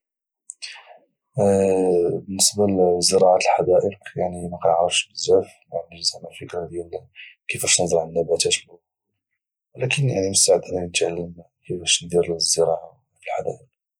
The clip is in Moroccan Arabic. بالنسبه لزراعه الحدائق يعني ما كانعرفش بزاف يعني ما عنديش زعما فكره ديال كيفاش نزرع نباتات ولا الورود ولكن مستعد نتعلم كيفاش ندير الزراعه في الحدائق